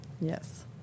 yes